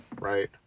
right